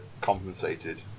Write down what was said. compensated